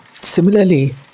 Similarly